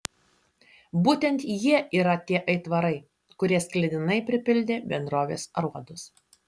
būtent jie yra tie aitvarai kurie sklidinai pripildė bendrovės aruodus